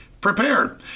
prepared